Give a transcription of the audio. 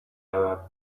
arab